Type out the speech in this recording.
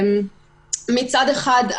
מצד אחד,